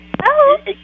Hello